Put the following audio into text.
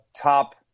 top –